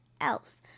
else